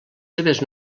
seves